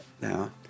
now